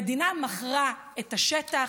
המדינה מכרה את השטח,